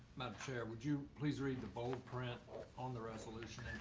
madam chair, would you please read the bold print on the resolution?